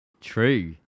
True